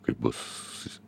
kai bus